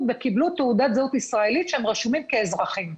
וקיבלו תעודת זהות ישראלית שהם רשומים כאזרחים.